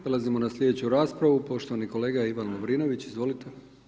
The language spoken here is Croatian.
Prelazimo na sljedeću raspravu, poštovani kolega Ivan Lovrinović, izvolite.